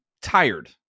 tired